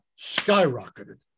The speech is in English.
skyrocketed